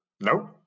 Nope